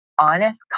honest